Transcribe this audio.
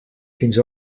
fins